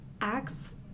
Acts